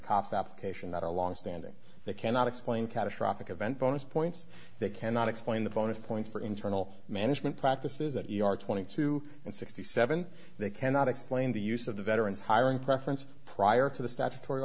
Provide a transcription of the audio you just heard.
that are longstanding they cannot explain catastrophic event bonus points they cannot explain the bonus points for internal management practices that are twenty two and sixty seven they cannot explain the use of the veterans hiring preference prior to the statutory